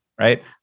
right